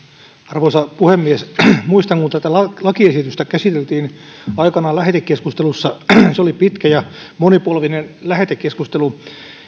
arvoisa puhemies muistan kun tätä lakiesitystä käsiteltiin aikanaan lähetekeskustelussa se oli pitkä ja monipolvinen lähetekeskustelu